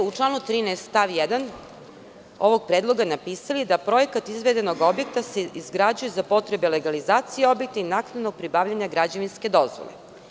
U članu 13. stav 1. ovog predloga ste napisali da projekat izvedenog objekta se izrađuje za potrebe legalizacije objekta i naknadnog pribavljanja građevinske dozvole.